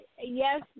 Yes